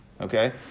okay